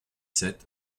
sept